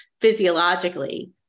physiologically